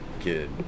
kid